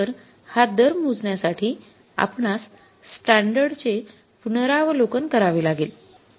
तर हा दर मोजण्यासाठी आपणास स्टॅंडर्ड चे पुनरावलोकन करावे लागेल